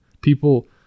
people